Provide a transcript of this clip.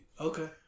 Okay